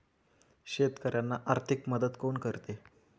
शेतकऱ्यांना आर्थिक मदत कोण करते?